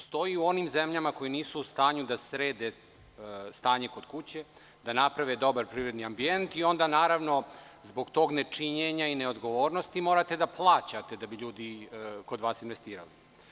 Stoji u onim zemljama koje nisu u stanju da srede stanje kod kuće, da naprave dobar privredni ambijent i onda zbog tog nečinjenja i neodgovornosti morate da plaćate da bi ljudi kod vas investirali.